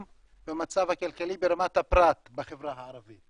במצב הכלכלי ברמת הפרט בחברה הערבית.